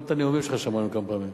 גם את הנאומים שלך שמענו כמה פעמים.